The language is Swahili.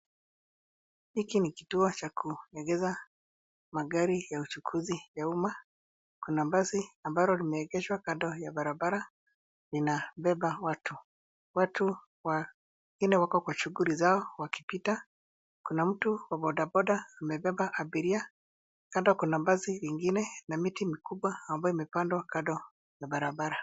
Hiki ni kituo cha kuegeza magari ya uchukuzi ya umma, kuna basi ambalo limeegeshwa kando ya barabara, linabeba watu. Watu wanne wako kwa shuguli zao wakipita, kuna mtu wa bodaboda amebeba abiria, kando kuna basi lingine na miti mikubwa ambayo imepandwa kando ya barabara.